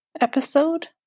Episode